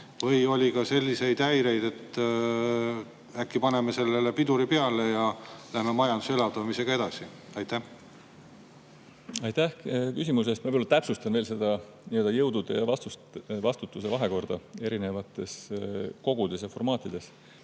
või oli ka selliseid häireid, et äkki paneme sellele piduri peale ja läheme majanduse elavdamisega edasi? Aitäh küsimuse eest! Ma täpsustan veel seda nii-öelda jõudude ja vastutuse vahekorda erinevates kogudes ja formaatides.